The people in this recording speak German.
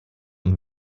und